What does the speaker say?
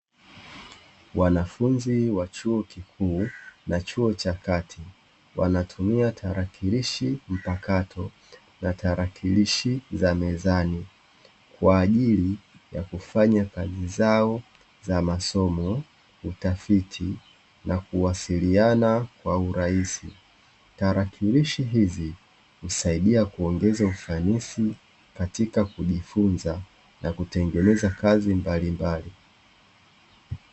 Wanafunzi wa chuo kikuu na chuo cha kati, wanatumia tarakilishi mpakato na tarakilishi za mezani; kwa ajili ya kufanya kazi zao za: masomo, utafiti, na kuwasiliana kwa urahisi. Tarakilishi hizi husaidia kuongeza ufanisi katika kujifunza na kutengeneza kazi mbalimbali.